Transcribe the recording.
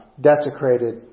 desecrated